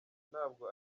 ntabwo